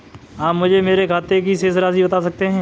आप मुझे मेरे खाते की शेष राशि बता सकते हैं?